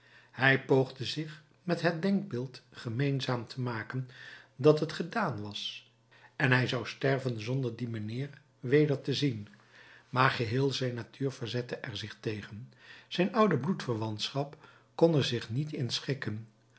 hij poogde zich met het denkbeeld gemeenzaam te maken dat het gedaan was en hij zou sterven zonder dien mijnheer weder te zien maar geheel zijn natuur verzette er zich tegen zijn oude bloedverwantschap kon er zich niet in schikken